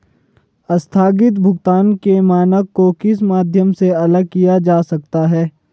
आस्थगित भुगतान के मानक को किस माध्यम से अलग किया जा सकता है?